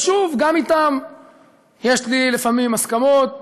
ושוב, גם איתם יש לי לפעמים הסכמות